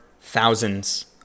thousands